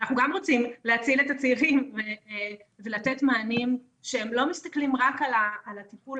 גם רוצים להציל את הצעירים ולתת מענים שהם לא מסתכלים רק על הטיפול